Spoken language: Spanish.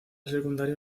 secundario